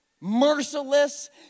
merciless